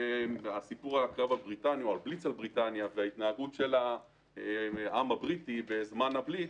הסיפור של הבליץ על בריטניה וההתנהגות של העם הבריטי בזמן הבליץ,